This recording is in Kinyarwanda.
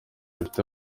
bifite